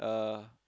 uh